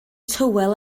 tywel